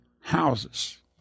houses